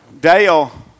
Dale